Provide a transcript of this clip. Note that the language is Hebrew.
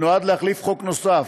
שנועד להחליף חוק נוסף.